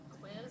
quiz